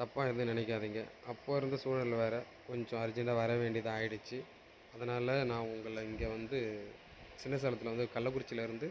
தப்பாக எதுவும் நினைக்காதீங்க அப்போது இருந்த சூழல் வேறு கொஞ்சம் அர்ஜெண்ட்டாக வர வேண்டியதாக ஆயிடுச்சு அதனால் நான் உங்களை இங்கே வந்து சின்ன சேலத்தில் வந்து கள்ளக்குறிச்சியிலேருந்து